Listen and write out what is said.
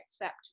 accept